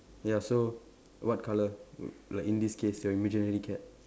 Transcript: ya so what colour like in this case your imaginary cat